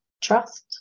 trust